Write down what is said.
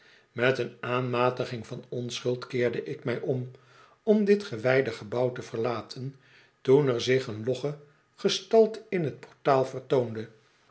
met een aanmatiging van onschuld keerde ik mij om om dit gewijde gebouw te verlaten toen er zich een logge gestalte in t portaal vertoonde